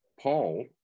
Paul